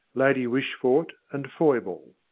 lady wishfort and foible.